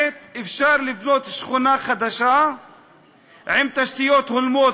אפשר לבנות שכונה חדשה עם תשתיות הולמות,